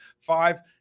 five